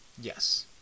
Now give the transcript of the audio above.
Yes